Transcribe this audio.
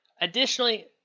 Additionally